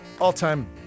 all-time